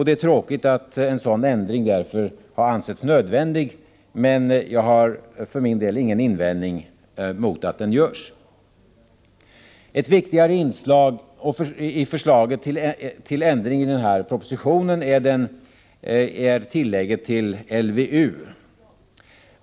Det är tråkigt att en sådan ändring har ansetts nödvändig, men jag har för min del ingen invändning mot att den görs. Ett viktigare förslag till ändring i den aktuella propositionen är tillägget till LVU.